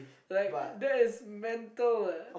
like that is mental leh